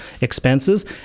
expenses